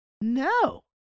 No